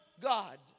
God